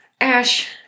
Ash